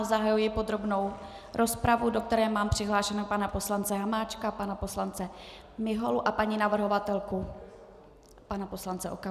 Zahajuji podrobnou rozpravu, do které mám přihlášeného pana poslance Hamáčka, pana poslance Miholu a paní navrhovatelku, pana poslance Okamuru.